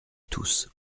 tous